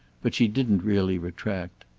but she didn't really retract.